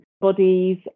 bodies